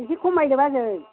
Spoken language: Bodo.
एसे खमायदो बाजै